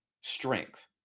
strength